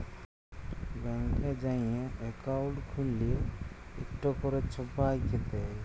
ব্যাংকে যাঁয়ে একাউল্ট খ্যুইলে ইকট ক্যরে ছবাইকে দেয়